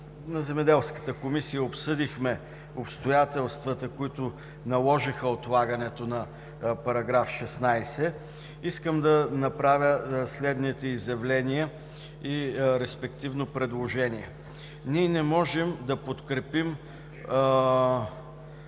на Земеделската комисия, обсъдихме обстоятелствата, които наложиха отлагането на § 16, искам да направя следните изявления, респективно предложения. Ние не можем да подкрепим